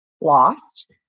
lost